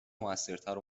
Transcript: موثرتر